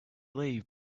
leave